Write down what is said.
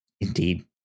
Indeed